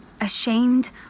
ashamed